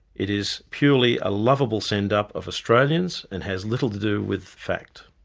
it is purely a loveable send-up of australians and has little to do with fact.